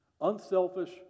Unselfish